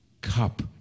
cup